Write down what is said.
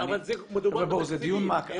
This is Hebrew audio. מדובר בתקציבים.